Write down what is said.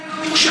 עדיין לא מאושר,